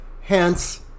hence